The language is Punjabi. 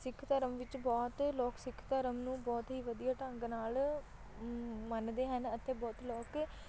ਸਿੱਖ ਧਰਮ ਵਿੱਚ ਬਹੁਤ ਲੋਕ ਸਿੱਖ ਧਰਮ ਨੂੰ ਬਹੁਤ ਹੀ ਵਧੀਆ ਢੰਗ ਨਾਲ ਮੰਨਦੇ ਹਨ ਅਤੇ ਬਹੁਤ ਲੋਕ